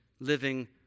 living